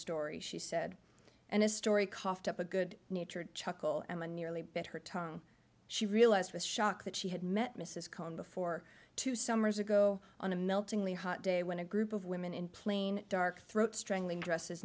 story she said and his story coughed up a good natured chuckle and the nearly bit her tongue she realised was shocked that she had met mrs cohen before two summers ago on a meltingly hot day when a group of women in plain dark throat strangling dresses